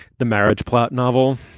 the marriage plot novel.